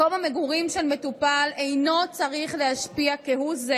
מקום המגורים של מטופל אינו צריך להשפיע כהוא זה